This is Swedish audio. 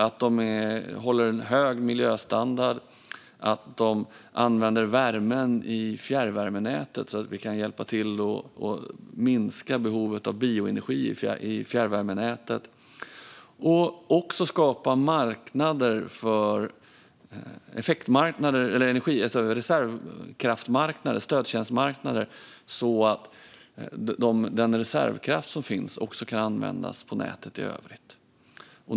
De ska hålla en hög miljöstandard, använda värmen i fjärrvärmenätet, så att vi kan hjälpa till att minska behovet av bioenergi i fjärrvärmenätet, samt skapa reservkraftsmarknader, stödtjänstmarknader, så att den reservkraft som finns kan användas på nätet i övrigt.